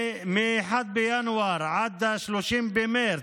מ-1 בינואר עד 30 במרץ,